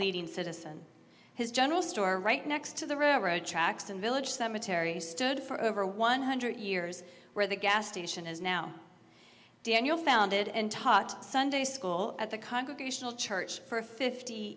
leading citizen his general store right next to the railroad tracks and village cemetery stood for over one hundred years where the gas station is now daniel founded and taught sunday school at the congregational church for fifty